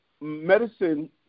Medicine